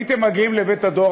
הייתם מגיעים לבית-הדואר,